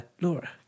Laura